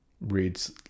reads